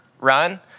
run